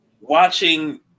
watching